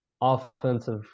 offensive